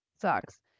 sucks